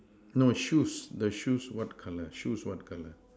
no shoes the shoes what colour shoes what colour